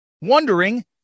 wondering